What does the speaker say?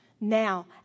Now